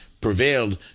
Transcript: prevailed